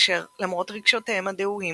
אשר, "למרות רגשותיהם הדהויים,